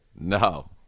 No